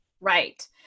Right